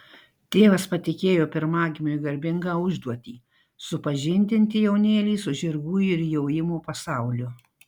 tėvas patikėjo pirmagimiui garbingą užduotį supažindinti jaunėlį su žirgų ir jojimo pasauliu